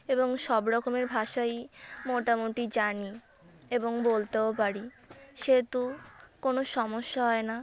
এবং সব রকমের ভাষাই মোটামোটি জানি এবং বলতেও পারি সেহেতু কোনো সমস্যা হয় না